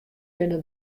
binne